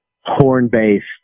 horn-based